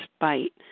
bite